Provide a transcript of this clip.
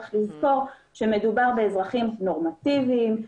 צריך לזכור שמדובר באזרחים נורמטיביים.